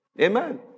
Amen